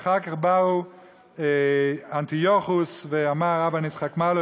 ואחר כך בא אנטיוכוס ואמר: הבה נתחכמה לו,